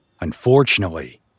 Unfortunately